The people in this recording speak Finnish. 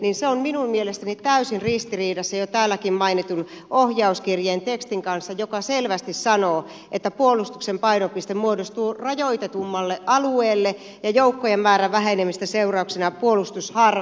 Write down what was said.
se on minun mielestäni täysin ristiriidassa jo täälläkin mainitun ohjauskirjeen tekstin kanssa joka selvästi sanoo että puolustuksen painopiste muodostuu rajoitetummalle alueelle ja joukkojen määrän vähenemisen seurauksena puolustus harventuu